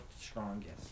strongest